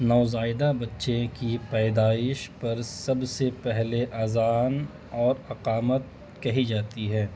نوزائیدہ بچے کی پیدائش پر سب سے پہلے اذان اور عقامت کہی جاتی ہے